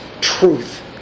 truth